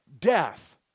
death